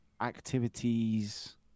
activities